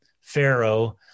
Pharaoh